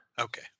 Okay